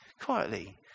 quietly